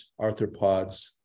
arthropods